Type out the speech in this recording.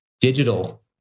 digital